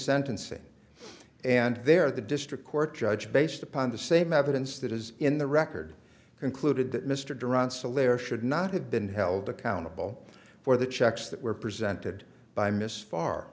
sentencing and there the district court judge based upon the same evidence that is in the record concluded that mr durant's a layer should not have been held accountable for the checks that were presented by miss far